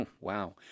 Wow